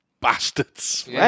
bastards